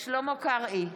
שלמה קרעי,